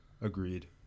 Agreed